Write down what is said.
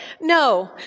No